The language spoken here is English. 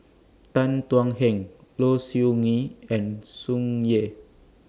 Tan Thuan Heng Low Siew Nghee and Tsung Yeh